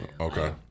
Okay